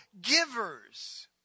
givers